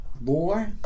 boy